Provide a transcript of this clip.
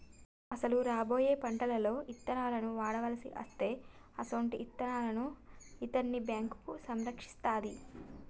అసలు రాబోయే పంటలలో ఇత్తనాలను వాడవలసి అస్తే అసొంటి ఇత్తనాలను ఇత్తన్న బేంకు సంరక్షిస్తాది